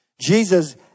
Jesus